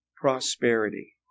prosperity